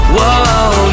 Whoa